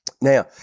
Now